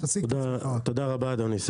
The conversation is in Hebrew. תודה רבה אדוני,